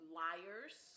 liars